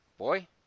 Boy